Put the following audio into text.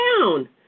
down